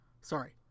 Sorry